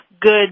good